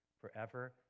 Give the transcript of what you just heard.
forever